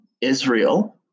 Israel